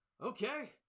Okay